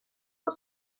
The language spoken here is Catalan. del